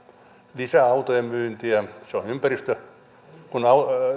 lisää autojen myyntiä ja kun